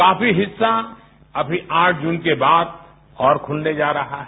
काफी हिस्सा अभी आठ जून के बाद और खुलने जा रहा है